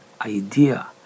idea